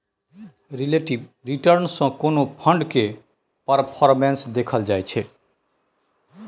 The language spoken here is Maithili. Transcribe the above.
रिलेटिब रिटर्न सँ कोनो फंड केर परफॉर्मेस देखल जाइ छै